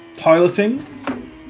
piloting